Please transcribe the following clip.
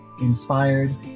inspired